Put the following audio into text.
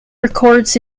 records